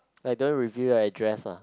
eh don't reveal your address ah